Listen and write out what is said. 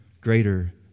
greater